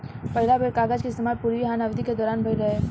पहिला बेर कागज के इस्तेमाल पूर्वी हान अवधि के दौरान भईल रहे